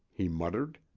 he muttered.